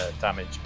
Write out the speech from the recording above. damage